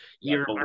year